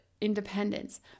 independence